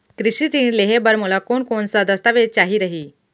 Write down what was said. कृषि ऋण लेहे बर मोला कोन कोन स दस्तावेज चाही रही?